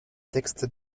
textes